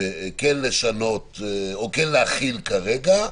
כן לשנות או כן להחיל כרגע.